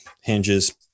hinges